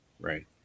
right